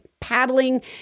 paddling